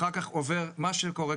מה שקורה,